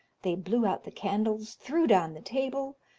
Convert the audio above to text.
they blew out the candles, threw down the table,